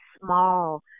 small